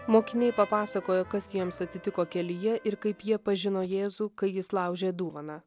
mokiniai papasakojo kas jiems atsitiko kelyje ir kaip jie pažino jėzų kai jis laužė duoną